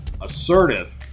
assertive